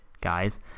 guys